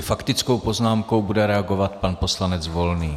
Faktickou poznámkou bude reagovat pan poslanec Volný.